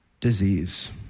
disease